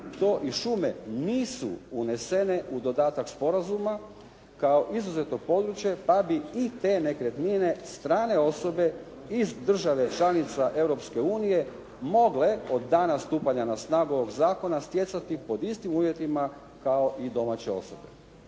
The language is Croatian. to i šume nisu unesene u dodatak sporazuma kao izuzetno područje, pa bi i te nekretnine strane osobe iz države članice Europske unije, mogle od dana stupanja na snagu ovog zakona, stjecati pod istim uvjetima kao i domaće osobe.